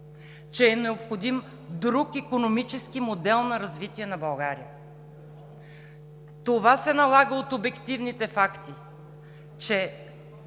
че е необходим друг икономически модел на развитие на България. Това се налага от обективните факти, че